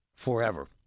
forever